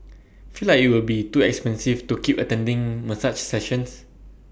feel like IT will be too expensive to keep attending massage sessions